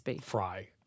fry